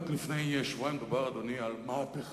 רק לפני שבועיים דובר, אדוני, על מהפכה.